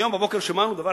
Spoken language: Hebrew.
היום בבוקר שמענו דבר